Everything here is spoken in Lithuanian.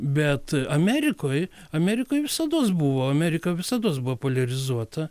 bet amerikoj amerikoj visados buvo amerika visados buvo poliarizuota